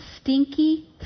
stinky